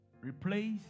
replace